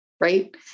Right